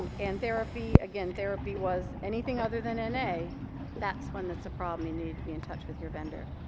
um and therapy again, therapy was anything other than n a that's when there's a problem. you need to be in touch with your vendor.